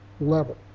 level